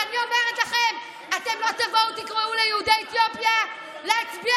ואני אומרת לכם: אתם לא תבואו ותקראו ליהודי אתיופיה להצביע